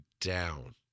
down